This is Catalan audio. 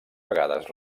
vegades